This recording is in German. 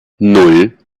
nan